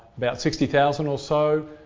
about sixty thousand or so,